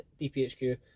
DPHQ